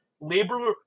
labor